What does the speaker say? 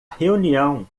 reunião